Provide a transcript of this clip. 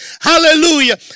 hallelujah